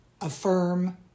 affirm